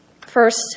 First